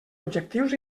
objectius